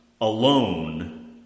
alone